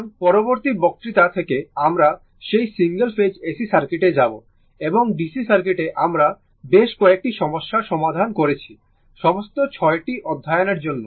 সুতরাং পরবর্তী বক্তৃতা থেকে আমরা সেই সিঙ্গেল ফেজ AC সার্কিটে যাব এবং DC সার্কিটে আমরা বেশ কয়েকটি সমস্যার সমাধান করেছি সমস্ত 6 টি অধ্যায়ের জন্য